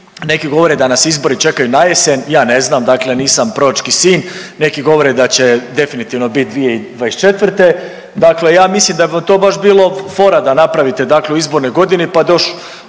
neki govore da nas izbori čekaju najesen, ja ne znam nisam proročki sin, neki govore da će definitivno bit 2024., dakle ja mislim da bi to baš bilo fora da napravite u izbornoj godini pa da